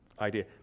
idea